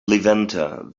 levanter